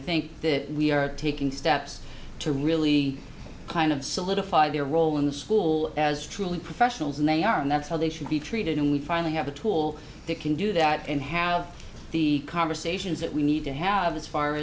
think that we are taking steps to really kind of solidify their role in the school as truly professionals and they are and that's how they should be treated and we finally have a tool that can do that and have the conversations that we need to have as far